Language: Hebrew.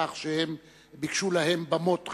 בכך שהם ביקשו להם במות חיצוניות,